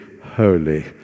holy